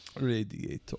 radiator